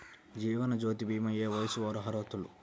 జీవనజ్యోతి భీమా ఏ వయస్సు వారు అర్హులు?